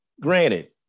granted